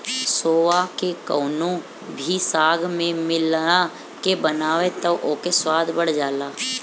सोआ के कवनो भी साग में मिला के बनाव तअ ओकर स्वाद बढ़ जाला